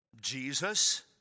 Jesus